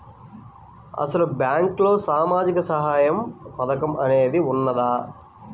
అసలు బ్యాంక్లో సామాజిక సహాయం పథకం అనేది వున్నదా?